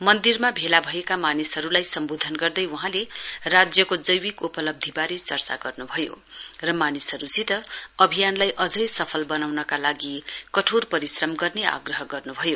मन्दिरमा भेला भएका मानिसहरुलाई सम्वोधन गर्दै वहाँले राज्यको जैविक उपलब्धीवारे चर्चा गर्न्भयो र मानिसहरुसित अभियानलाई अझै सफल वनाउनका लागि कठोर परिश्रम गर्ने आग्रह गर्न्भयो